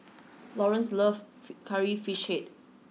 Lawerence loves curry fish head